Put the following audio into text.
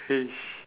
!hais!